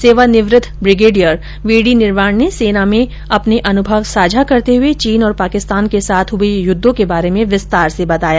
सेवानिवृत्त brigadier VD Nirvan ने सेना में अपने अनुभव सांझा करते हुए चीन और पाकिस्तान के साथ हुए युद्धों के बारे में विस्तार से बताया